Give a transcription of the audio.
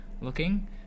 looking